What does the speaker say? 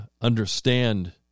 understand